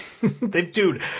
Dude